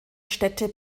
städte